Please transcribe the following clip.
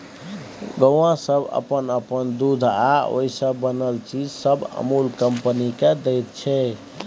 गौआँ सब अप्पन अप्पन दूध आ ओइ से बनल चीज सब अमूल कंपनी केँ दैत छै